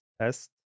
test